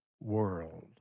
world